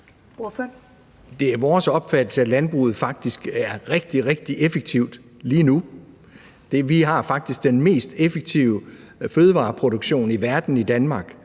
vores opfattelse, at landbruget faktisk er rigtig, rigtig effektivt lige nu. Vi har faktisk den mest effektive fødevareproduktion i verden i Danmark,